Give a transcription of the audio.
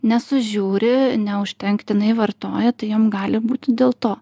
nesužiūri neužtenktinai vartoja tai jom gali būti dėl to